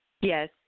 Yes